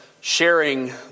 sharing